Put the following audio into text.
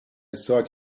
thought